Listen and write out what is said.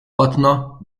patna